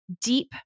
deep